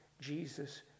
Jesus